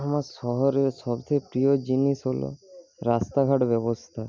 আমার শহরের সবথেকে প্রিয় জিনিস হলো রাস্তাঘাট ব্যবস্থা